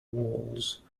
walls